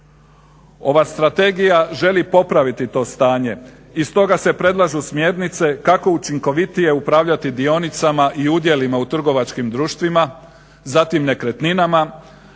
Ova strategija želi popraviti to stanje i stoga se predlažu smjernice kako učinkovitije upravljati dionicama i udjelima u trgovačkim društvima, zatim nekretninama